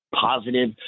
positive